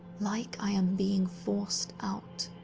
like i am being forced out.